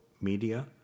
media